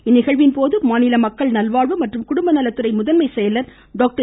இந்நிகழ்வின் போது மாநில மக்கள் நல்வாழ்வு மற்றும் குடும்பநலத்துறை முதன்மை செயலர் டாக்டர்